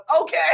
Okay